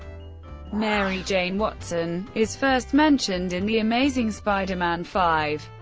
mary jane watson, is first mentioned in the amazing spider-man five,